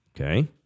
Okay